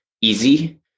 easy